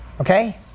Okay